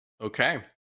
Okay